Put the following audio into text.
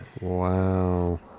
Wow